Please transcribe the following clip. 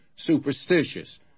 superstitious